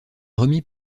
remis